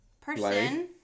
person